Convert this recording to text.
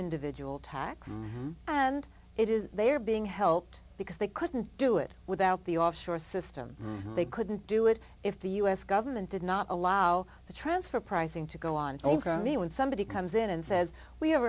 individual tax and it is they are being helped because they couldn't do it without the offshore system they couldn't do it if the us government did not allow the transfer pricing to go on over me when somebody comes in and says we are